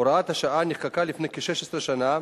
הוראת השעה נחקקה לפני כ-16 שנה,